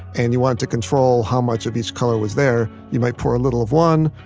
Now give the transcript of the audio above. and you wanted to control how much of each color was there. you might pour a little of one,